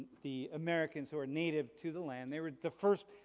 the americans who are native to the land. they were the first,